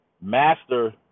master